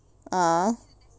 ah